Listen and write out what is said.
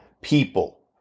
people